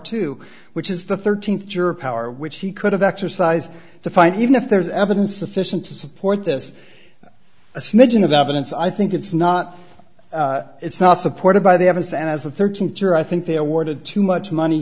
to which is the thirteenth juror power which he could have exercised to find even if there's evidence sufficient to support this a smidgen of evidence i think it's not it's not supported by the evidence and as a thirteenth juror i think they awarded too much money